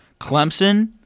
Clemson